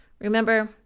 Remember